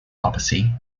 papacy